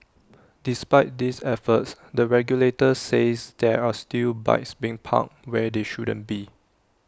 despite these efforts the regulator says there are still bikes being parked where they shouldn't be